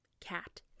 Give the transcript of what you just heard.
cat